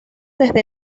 desde